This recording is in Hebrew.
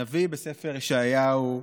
הנביא בספר ישעיהו כותב: